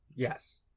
Yes